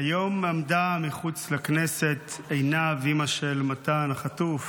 היום עמדה מחוץ לכנסת עינב, אימא של מתן החטוף,